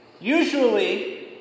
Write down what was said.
Usually